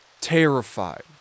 terrified